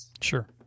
Sure